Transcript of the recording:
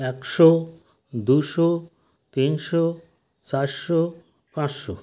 একশো দুশো তিনশো চারশো পাঁচশো